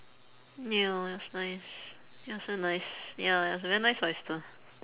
ya it was nice it was a nice ya it was a very nice oyster